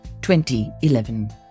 2011